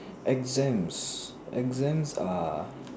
exams exams are